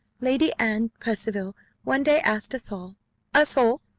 lady anne percival one day asked us all us all?